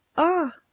ah!